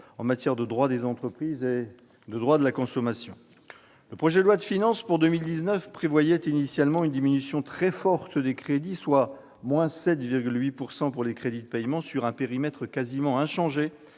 en matière de droit des entreprises et de droit de la consommation. Le projet de loi de finances pour 2019 prévoyait initialement une diminution très forte des crédits de ce programme : 7,8 % de crédits de paiement en moins, pour un périmètre quasiment inchangé